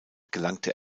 gelangte